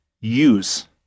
use